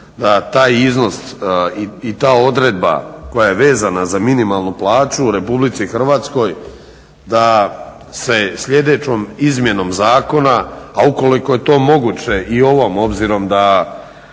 da taj iznos i ta odredba koja je vezana za minimalnu plaću u RH da se sljedećom izmjenom zakona, a ukoliko je to moguće i ovom obzirom da